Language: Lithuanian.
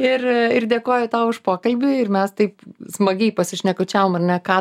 ir ir dėkoju tau už pokalbį ir mes taip smagiai pasišnekučiavom ar ne ką